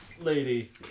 lady